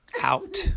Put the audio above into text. out